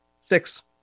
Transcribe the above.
Six